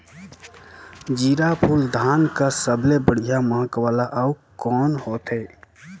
जीराफुल धान कस सबले बढ़िया महक वाला अउ कोन होथै?